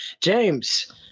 james